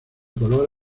color